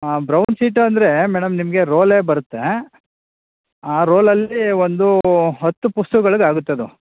ಹಾಂ brown sheet ಅಂದರೆ madam ನಿಮಗೆ ರೋಲೇ ಬರುತ್ತೆ ಆ ರೋಲಲ್ಲಿ ಒಂದು ಹತ್ತು ಪುಸ್ತಕ್ಗಳಿಗೆ ಆಗುತ್ತೆ ಅದು